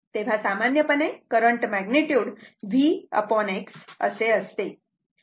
तेव्हा सामान्यपणे current magnitude V X असे असते